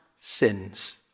sins